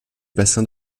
bassin